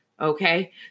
Okay